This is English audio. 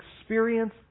experience